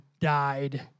died